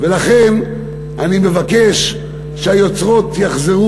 ולכן אני מבקש שהיוצרות יוחזרו,